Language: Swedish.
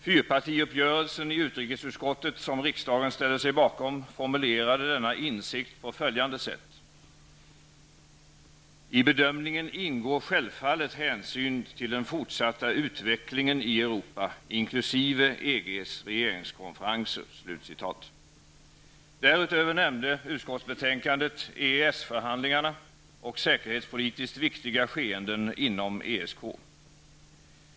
Fyrpartiuppgörelsen i utrikesutskottet, som riksdagen ställde sig bakom, formulerade denna insikt på följande sätt: ''I bedömningen ingår självfallet hänsyn till den fortsatta utvecklingen i Därutöver nämns i utskottsbetänkandet ''EES förhandlingarna'' och ''säkerhetspolitiskt viktiga skeenden inom ESK''.